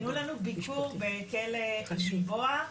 הם ארגנו לנו פגישה בכלא גלבוע,